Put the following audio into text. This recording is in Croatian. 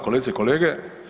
Kolegice i kolege.